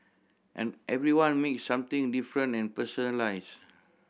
and everyone make something different and personalise